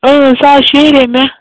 اۭں سُہ حظ شیہرے مےٚ